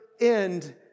end